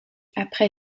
après